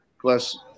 plus